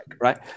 right